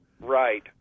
Right